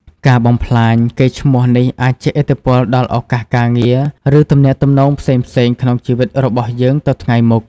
ការបំផ្លាញកេរ្តិ៍ឈ្មោះនេះអាចជះឥទ្ធិពលដល់ឱកាសការងារ ឬទំនាក់ទំនងផ្សេងៗក្នុងជីវិតរបស់យើងទៅថ្ងៃមុខ។